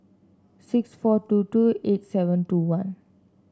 six four two two eight seven two one